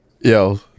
Yo